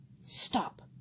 stop